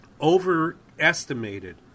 overestimated